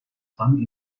some